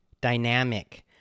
dynamic